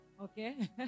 Okay